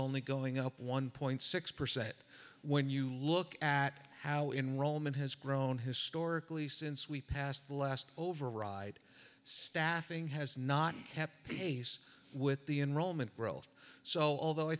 only going up one point six percent when you look at how enroll mint has grown historically since we passed the last override staffing has not kept pace with the enrollment growth so although i